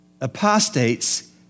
apostates